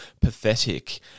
pathetic